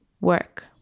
work